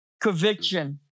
conviction